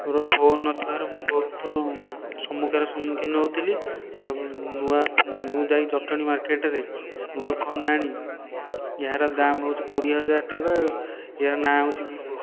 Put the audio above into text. ମୋର ଫୋନ ନଥିବାରୁ ମୁଁ ବହୁତ ସମୁକ୍ଷାର ସମ୍ମୁଖୀନ ହେଉଥିଲି ନୂଆ ମୁଁ ଯାଇ ଜଟଣୀ ମାର୍କେଟରେ ନୂଆ ଫୋନ ଆଣି ଏହାର ଦାମ ହେଉଛି କୋଡ଼ିଏ ହଜାର ଟଙ୍କା ଏହାର ନାଁ ହେଉଛି ଭିଭୋ